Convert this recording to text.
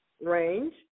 range